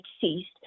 ceased